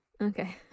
Okay